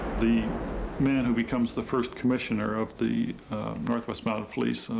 the man who becomes the first commissioner of the north west mounted police,